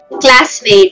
classmate